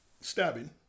stabbing